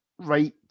right